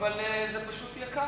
אבל זה פשוט יקר.